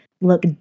look